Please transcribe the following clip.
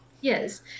Yes